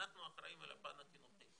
אנחנו אחראים על הפן החינוכי,